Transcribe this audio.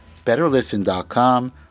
betterlisten.com